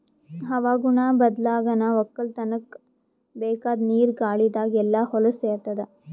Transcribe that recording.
ಹವಾಗುಣ ಬದ್ಲಾಗನಾ ವಕ್ಕಲತನ್ಕ ಬೇಕಾದ್ ನೀರ ಗಾಳಿದಾಗ್ ಎಲ್ಲಾ ಹೊಲಸ್ ಸೇರತಾದ